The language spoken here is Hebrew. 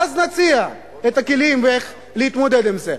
ואז נציע את הכלים איך להתמודד עם זה.